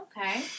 okay